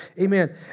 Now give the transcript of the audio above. Amen